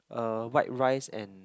uh white rice and